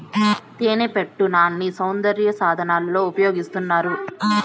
తేనెపట్టు నాన్ని సౌందర్య సాధనాలలో ఉపయోగిస్తారు